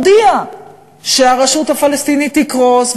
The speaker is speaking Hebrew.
הודיע שהרשות הפלסטינית תקרוס,